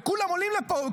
וכולם עולים לפה,